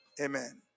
amen